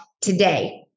today